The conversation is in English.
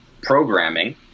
programming